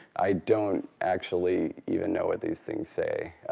i don't actually even know what these things say.